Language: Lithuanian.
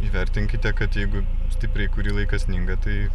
įvertinkite kad jeigu stipriai kurį laiką sninga tai